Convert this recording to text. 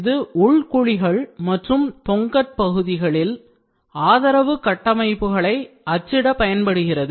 இது உள் குழிகளில் மற்றும் தொங்கற் பகுதிகளிலும் overhangs ஆதரவு கட்டமைப்புகளை அச்சிட பயன்படுகிறது